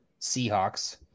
Seahawks